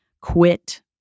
quit